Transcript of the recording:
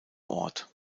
ort